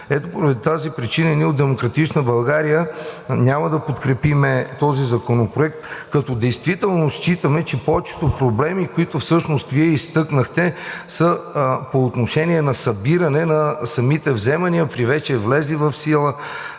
417. Поради тази причина ние от „Демократична България“ няма да подкрепим този законопроект, като действително считаме, че повечето проблеми, които Вие изтъкнахте, са по отношение на събиране на самите вземания при вече влезли в сила